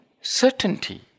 certainty